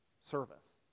Service